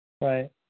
Right